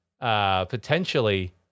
potentially